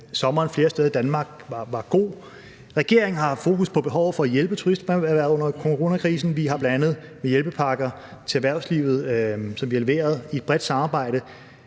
sommeren flere steder i Danmark var god. Regeringen har fokus på behovet for at hjælpe turisterhvervet under coronakrisen og har bl.a. støttet erhvervslivet med hjælpepakker, som vi har leveret i et bredt samarbejde.